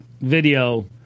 video